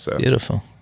Beautiful